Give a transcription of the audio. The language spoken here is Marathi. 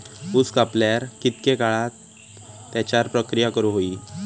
ऊस कापल्यार कितके काळात त्याच्यार प्रक्रिया करू होई?